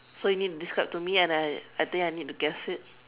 so you need to describe to me and I I think I need to guess it